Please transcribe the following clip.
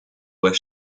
were